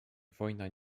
wojna